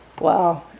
Wow